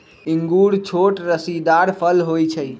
इंगूर छोट रसीदार फल होइ छइ